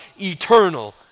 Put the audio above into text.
eternal